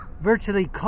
virtually